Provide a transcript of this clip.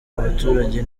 abaturage